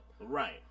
Right